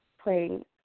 playing